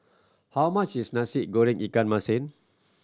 how much is Nasi Goreng ikan masin